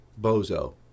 Bozo